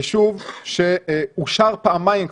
יישוב שאושר פעמיים כבר,